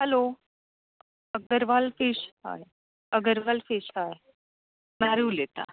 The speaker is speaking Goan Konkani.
हॅलो अगरवाल फीश हय अगरवाल फीश उलयतां